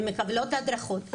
הן מקבלות הדרכות,